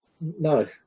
No